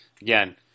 again